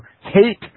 hate